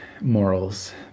morals